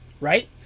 Right